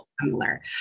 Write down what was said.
similar